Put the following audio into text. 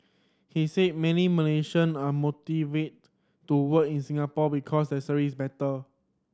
he said many Malaysian are motivated to work in Singapore because the salary is better